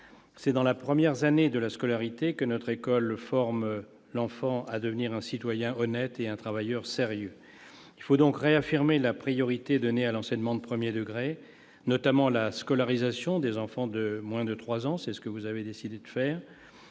C'est dans les premières années de scolarité que notre école forme l'enfant à devenir un citoyen honnête et un travailleur sérieux. Il faut donc réaffirmer la priorité donnée à l'enseignement de premier degré, notamment à la scolarisation des enfants de moins de trois ans ; c'est ce que vous avez décidé de faire,